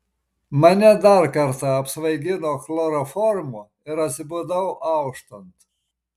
mane dar kartą apsvaigino chloroformu ir atsibudau auštant